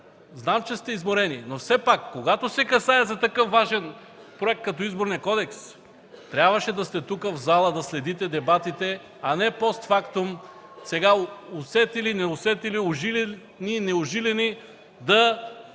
знам, че сте изморени, но все пак, когато се касае за такъв важен проект, като Изборния кодекс, трябваше да сте в залата, да следите дебатите, а не постфактум сега – усетили-не усетили, ужилени-неужилени, да